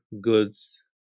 goods –